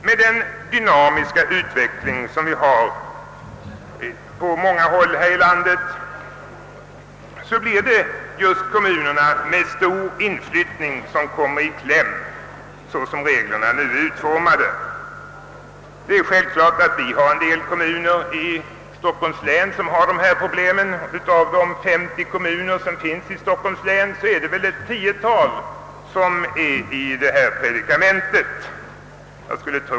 Med den dynamiska utveckling som vi har på många håll i landet blir det, såsom reglerna nu är utformade, just kommuner med stor inflyttning som kommer i kläm. Jag skulle tro att av de 50 kommuner som finns i Stockholms län befinner sig ett tiotal i detta predikament.